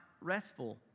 restful